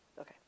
Okay